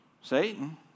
Satan